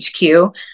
HQ